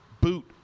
boot